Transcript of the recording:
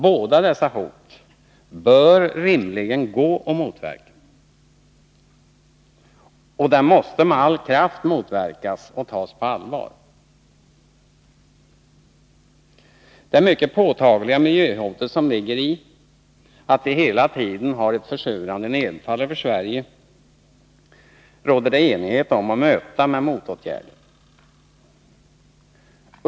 Båda dessa hot bör rimligen gå att motverka, och de måste med all kraft motverkas och tas på allvar. Det mycket påtagliga miljöhot som ligger i att vi hela tiden har ett försurande nedfall över Sverige råder det enighet om att vi skall möta med motåtgärder.